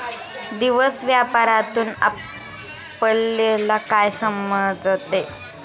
दिवस व्यापारातून आपल्यला काय समजते